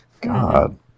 God